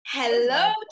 Hello